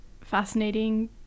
fascinating